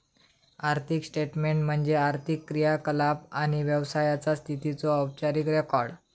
आर्थिक स्टेटमेन्ट म्हणजे आर्थिक क्रियाकलाप आणि व्यवसायाचा स्थितीचो औपचारिक रेकॉर्ड